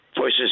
voices